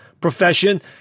profession